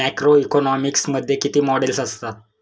Macroeconomics मध्ये किती models असतात?